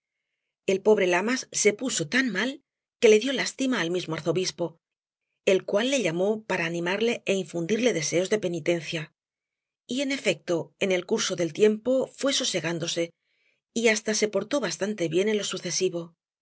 el pobre lamas se puso tan mal que le dió lástima al mismo arzobispo el cual le llamó para animarle é infundirle deseos de penitencia y en efecto con el curso del tiempo fué sosegándose y hasta se portó bastante bien en lo sucesivo